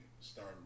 start